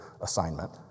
assignment